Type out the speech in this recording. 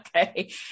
okay